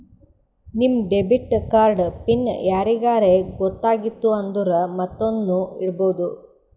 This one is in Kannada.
ನಿಮ್ ಡೆಬಿಟ್ ಕಾರ್ಡ್ ಪಿನ್ ಯಾರಿಗರೇ ಗೊತ್ತಾಗಿತ್ತು ಅಂದುರ್ ಮತ್ತೊಂದ್ನು ಇಡ್ಬೋದು